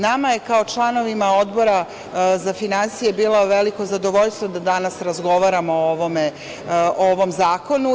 Nama je kao članovima Odbora za finansije bilo veliko zadovoljstvo da danas razgovaramo o ovome zakonu.